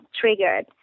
triggered